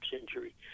injury